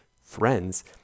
friends